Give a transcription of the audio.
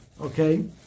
okay